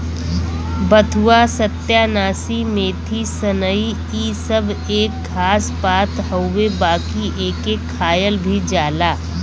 बथुआ, सत्यानाशी, मेथी, सनइ इ सब एक घास पात हउवे बाकि एके खायल भी जाला